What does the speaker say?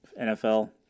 NFL